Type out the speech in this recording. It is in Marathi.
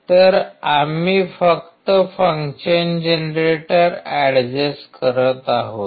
तर आम्ही फक्त फंक्शन जनरेटर एड्जस्ट करत आहोत